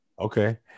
Okay